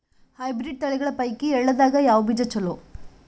Hybrid ತಳಿಗಳ ಪೈಕಿ ಎಳ್ಳ ದಾಗ ಯಾವ ಬೀಜ ಚಲೋ?